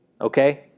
Okay